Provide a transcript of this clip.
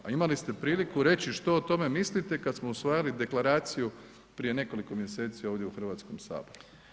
A imali ste priliku reći što o tome mislite kada smo usvajali deklaraciju prije nekoliko mjeseci ovdje u Hrvatskom saboru.